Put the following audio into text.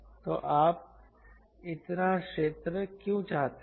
तो आप इतना क्षेत्र क्यों चाहते हैं